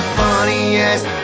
funniest